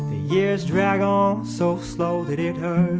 years drag on so slow that it um